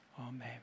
Amen